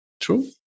true